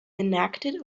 enacted